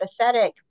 empathetic